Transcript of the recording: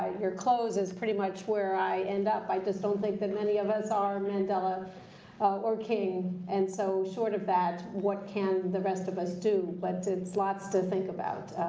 you're close is pretty much where i end up. i just don't think that many of us are mandela or king. and so short of that, what can the rest of us do? but it's lots to think about.